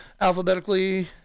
alphabetically